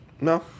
No